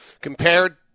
compared